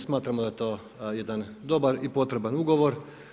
Smatramo da je to jedan dobar i potreban ugovor.